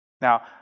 Now